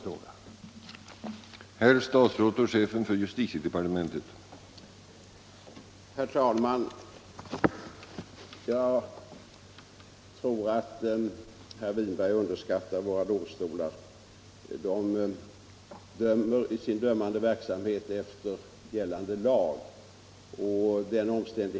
utskrifter av statsråds offentliga